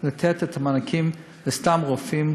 לתת את המענקים לסתם רופאים